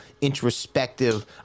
introspective